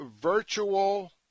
virtual